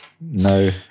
No